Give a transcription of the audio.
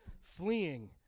fleeing